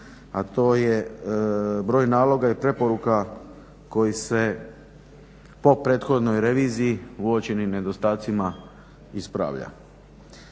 a to je broj naloga i preporuka koji se po prethodnoj reviziji, uočenim nedostatcima ispravlja.